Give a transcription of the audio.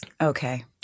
Okay